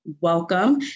welcome